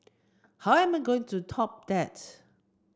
how am I going to top that